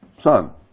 Son